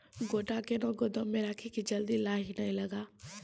गोटा कैनो गोदाम मे रखी की जल्दी लाही नए लगा?